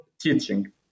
teaching